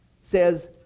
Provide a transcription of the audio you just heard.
says